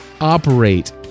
operate